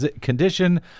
condition